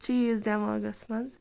چیٖز دٮ۪ماغَس منٛز